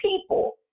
people